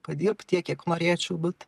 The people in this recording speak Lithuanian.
padirbt tiek kiek norėčiau bet